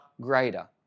greater